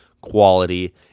quality